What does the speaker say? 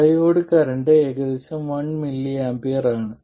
diode current ഏകദേശം 1mA ആണ്